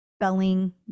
spelling